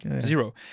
zero